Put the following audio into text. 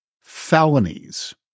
felonies